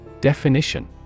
Definition